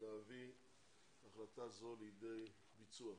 להביא החלטה זו לידי ביצוע,